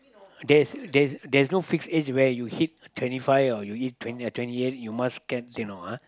there's there's there's no fix age where you hit twenty five or you hit twenty twenty eight you must get you know ah